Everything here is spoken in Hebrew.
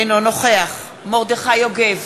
אינו נוכח מרדכי יוגב,